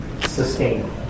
sustainable